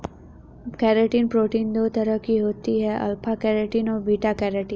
keratin protein दो तरह की होती है अल्फ़ा केरेटिन और बीटा केरेटिन